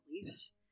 beliefs